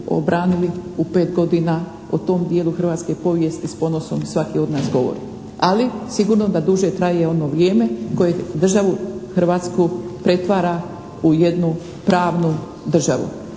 obranili u 5 godina. O tom dijelu hrvatske povijesti s ponosom svaki od nas govori. Ali sigurno da duže traje ono vrijeme koje državu Hrvatsku pretvara u jednu pravnu državu.